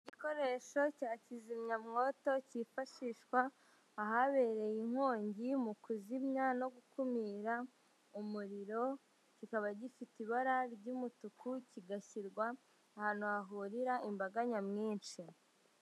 Igikoresho cya kizimyamwoto cyifashishwa ahabereye inkongi mu kuzimya no gukumira umuriro, kikaba gifite ibara ry'umutuku, kigashyirwa ahantu hahurira imbaga nyamwinshi.